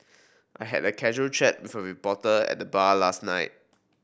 I had a casual chat with a reporter at the bar last night